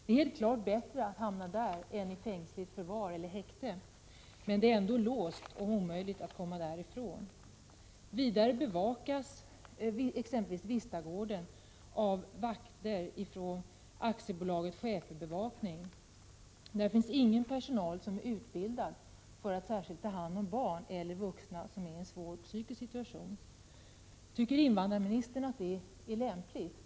Det är visserligen mycket bättre att hamna där än i fängsligt förvar eller häkte. Men det är ändå låst och omöjligt att komma därifrån. Vistagården bevakas exempelvis av vakter från AB Svensk Schäferhundvakt. Det finns ingen personal som är särskilt utbildad för att ta hand om barn eller vuxna som befinner sig i en svårt psykisk situation. Tycker invandrarmi 63 nistern att detta är lämpligt?